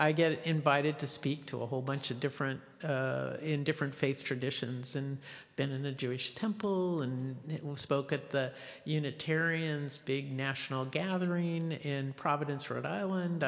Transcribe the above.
i get invited to speak to a whole bunch of different in different faith traditions and then in the jewish temple and spoke at the unitarians big national gathering in providence rhode island